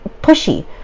pushy